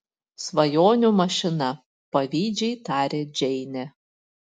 svajonių mašina pavydžiai taria džeinė